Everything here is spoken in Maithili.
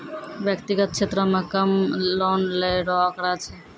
व्यक्तिगत क्षेत्रो म कम लोन लै रो आंकड़ा छै